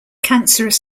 cancerous